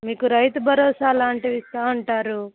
మీకు రైతు భరోసా లాంటివి ఇస్తూ ఉంటారు